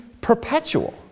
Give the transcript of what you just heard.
perpetual